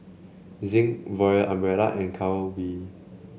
Zinc Royal Umbrella and Calbee